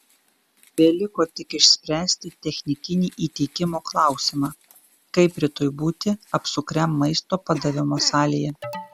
beliko tik išspręsti technikinį įteikimo klausimą kaip rytoj būti apsukriam maisto padavimo salėje